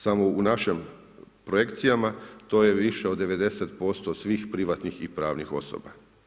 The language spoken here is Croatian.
Samo u našim projekcijama, to je više od 90% svih privatnih i pravnih osoba.